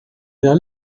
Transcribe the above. vers